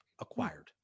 acquired